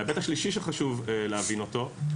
וחשוב להבין אותו.